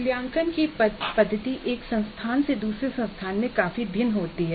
मूल्यांकन की पद्धति एक संस्थान से दूसरे संस्थान में काफी भिन्न होती है